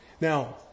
Now